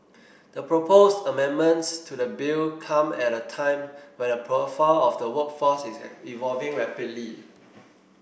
the proposed amendments to the bill come at a time when the profile of the workforce is evolving rapidly